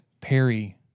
Perry